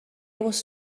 was